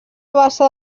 bassa